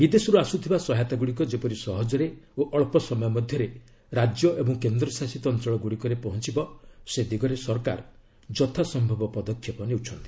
ବିଦେଶରୁ ଆସୁଥିବା ସହାୟତା ଗୁଡ଼ିକ ଯେପରି ସହଜରେ ଓ ଅଳ୍ପ ସମୟ ମଧ୍ୟରେ ରାଜ୍ୟ ଏବଂ କେନ୍ଦ୍ରଶାସିତ ଅଞ୍ଚଳ ଗୁଡ଼ିକରେ ପହଞ୍ଚବ ସେ ଦିଗରେ ସରକାର ଯଥାସମ୍ଭବ ପଦକ୍ଷେପ ନେଉଛନ୍ତି